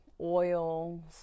oil